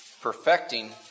perfecting